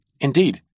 Indeed